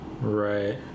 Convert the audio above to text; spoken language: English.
Right